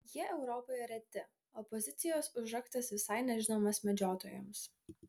jie europoje reti o pozicijos užraktas visai nežinomas medžiotojams